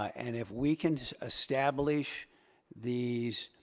ah and if we can establish these,